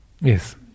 Yes